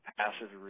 passive